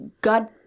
God